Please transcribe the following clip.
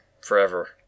forever